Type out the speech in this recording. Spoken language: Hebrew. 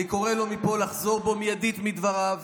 אני קורא לו מפה לחזור בו מיידית מדבריו